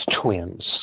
Twins